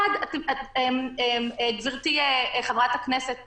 גברתי חברת הכנסת שקד,